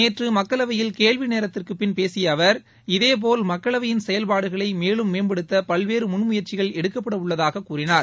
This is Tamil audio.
நேற்று மக்களவையில் கேள்வி நேரத்திற்குபிள் பேசிய அவர் இதேபோல் மக்களவையின் செயல்பாடுகளை மேலும் மேம்படுத்த பல்வேறு முன்முயற்சிகள் எடுக்கப்படவுள்ளதாக கூறினார்